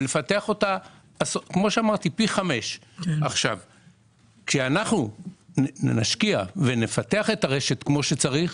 ולפתח אותה פי 5. כשאנחנו נשקיע ונפתח את הרשת כמו שצריך,